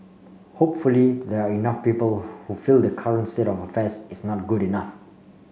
hopefully there are enough people who feel the current state of affairs is not good enough